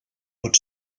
pot